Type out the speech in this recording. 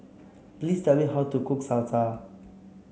please tell me how to cook Salsa